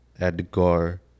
edgar